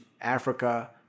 Africa